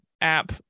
app